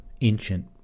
ancient